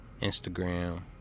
Instagram